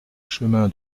chemin